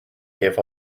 gave